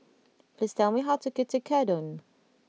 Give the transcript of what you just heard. please tell me how to cook Tekkadon